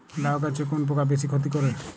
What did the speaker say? লাউ গাছে কোন পোকা বেশি ক্ষতি করে?